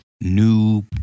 new